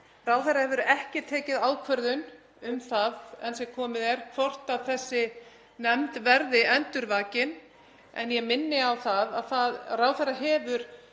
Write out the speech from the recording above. Ráðherra hefur ekki tekið ákvörðun um það enn sem komið er hvort þessi nefnd verði endurvakin. En ég minni á það að ráðherra hefur